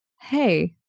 hey